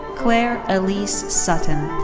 claire elise sutton.